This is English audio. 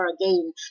again